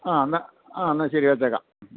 ആ എന്നാല് ആ എന്നാല് ശരി വച്ചേക്കാം